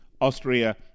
Austria